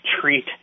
treat